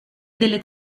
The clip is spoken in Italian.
delle